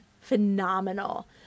phenomenal